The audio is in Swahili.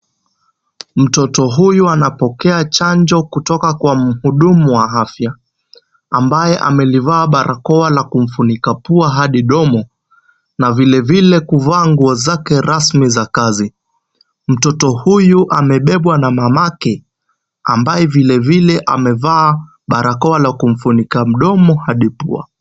Mtoto huyu anapokea chanjo kutoka kwa mhudumu wa afya, ambaye amelivaa barakoa la kumfunika pua hadi domo na vilevile kuvaa nguo zake rasmi za kazi. Mtoto huyu amebebwa na mamake, ambaye vilevile amevaa barakoa la kumfunika mdomo hadi pua.